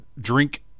drink